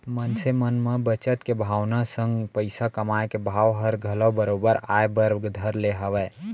मनसे मन म बचत के भावना संग पइसा कमाए के भाव हर घलौ बरोबर आय बर धर ले हवय